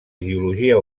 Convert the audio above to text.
ideologia